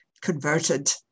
converted